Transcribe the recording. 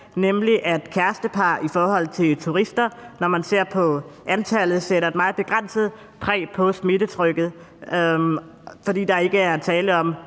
nemlig at kærestepar i forhold til turister, når man ser på antallet, sætter et meget begrænset præg på smittetrykket, fordi der ikke er tale om